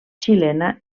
xilena